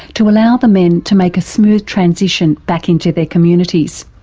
to allow the men to make a smooth transition back into their communities.